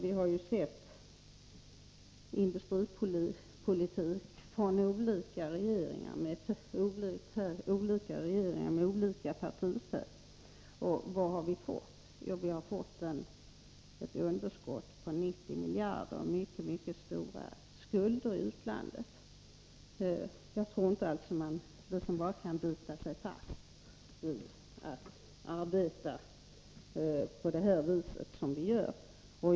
Vi har ju sett industripolitik från regeringar av olika partifärg. Vad har vi fått? Jo, vi har fått ett underskott på 90 miljarder och mycket stora skulder i utlandet. Jag tror alltså inte att man bara kan bita sig fast vid att arbeta på det sätt som vi gör.